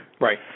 Right